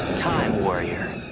time warrior.